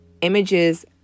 images